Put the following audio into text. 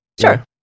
Sure